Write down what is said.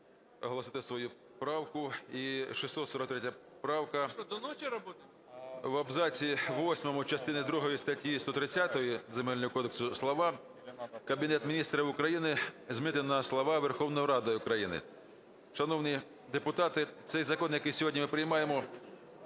оголосити свою правку. І 643 правка: в абзаці восьмому частини другої статті 130 Земельного кодексу слова "Кабінетом Міністрів України" замінити на слова "Верховною Радою України". Шановні депутати, цей закон, який сьогодні ми приймаємо,